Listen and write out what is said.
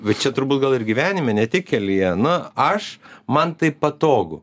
bet čia turbūt gal ir gyvenime ne tik kelyje na aš man taip patogu